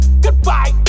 Goodbye